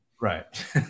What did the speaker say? right